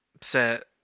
Set